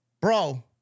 Bro